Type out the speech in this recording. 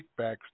kickbacks